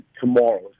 tomorrow